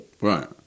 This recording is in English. Right